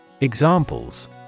Examples